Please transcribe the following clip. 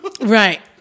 Right